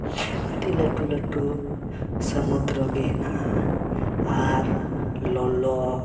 ᱟᱹᱰᱤ ᱞᱟᱹᱴᱩ ᱞᱟᱹᱴᱩ ᱥᱚᱢᱩᱫᱨᱚ ᱜᱮ ᱦᱮᱱᱟᱜᱼᱟ ᱟᱨ ᱞᱚᱞᱚ